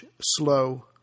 slow